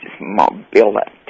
mobility